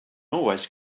always